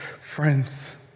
friends